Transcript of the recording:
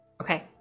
Okay